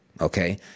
okay